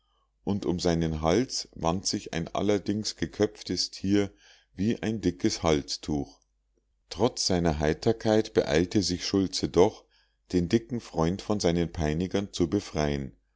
und um seinen hals wand sich ein allerdings geköpftes tier wie ein dickes halstuch trotz seiner heiterkeit beeilte sich schultze doch den dicken freund von seinen peinigern zu befreien